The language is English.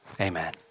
amen